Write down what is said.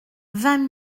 vingt